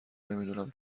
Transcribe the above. نمیدونم